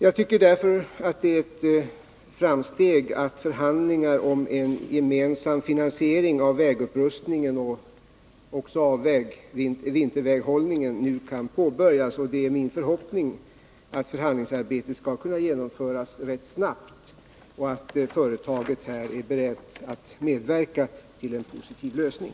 Jag tycker därför att det är ett framsteg att förhandlingar om en gemensam finansiering av vägupprustningen liksom av vinterväghållningen nu kan påbörjas. Det är min förhoppning att förhandlingsarbetet skall kunna genomföras rätt snabbt och att företaget är berett att medverka till en positiv lösning.